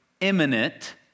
imminent